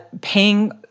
paying